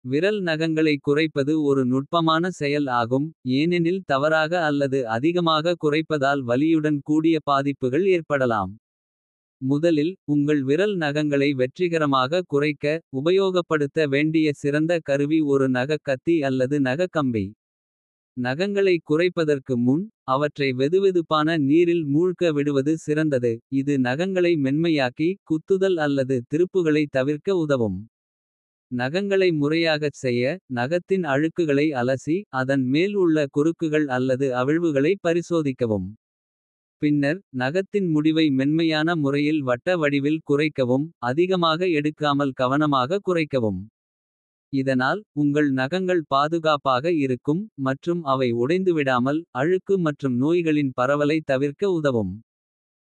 விரல் நகங்களை குறைப்பது ஒரு நுட்பமான செயல் ஆகும். ஏனெனில் தவறாக அல்லது அதிகமாக குறைப்பதால். வலியுடன் கூடிய பாதிப்புகள் ஏற்படலாம் முதலில். உங்கள் விரல் நகங்களை வெற்றிகரமாக குறைக்க. உபயோகப்படுத்த வேண்டிய சிறந்த கருவி ஒரு நகக் கத்தி. அல்லது நகக் கம்பி நகங்களை குறைப்பதற்கு முன். அவற்றை வெதுவெதுப்பான நீரில் மூழ்க விடுவது சிறந்தது. இது நகங்களை மென்மையாக்கி குத்துதல் அல்லது. திருப்புகளைத் தவிர்க்க உதவும் நகங்களை முறையாகச் செய்ய. நகத்தின் அழுக்குகளை அலசி அதன் மேல் உள்ள குறுக்குகள். அல்லது அவிழ்வுகளை பரிசோதிக்கவும் பின்னர். நகத்தின் முடிவை மென்மையான முறையில் வட்ட. வடிவில் குறைக்கவும் அதிகமாக எடுக்காமல் கவனமாக. குறைக்கவும் இதனால் உங்கள் நகங்கள் பாதுகாப்பாக. இருக்கும் மற்றும் அவை உடைந்துவிடாமல். அழுக்கு மற்றும் நோய்களின் பரவலைத் தவிர்க்க உதவும். "